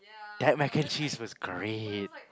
that mac and cheese was great